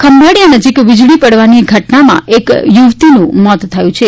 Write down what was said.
ખંભાળીયા નજીક વીજળી પડવાની ઘટનામાં એક યુવતીનુ મોત થયું છે